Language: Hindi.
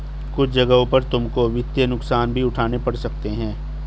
कुछ जगहों पर तुमको वित्तीय नुकसान भी उठाने पड़ सकते हैं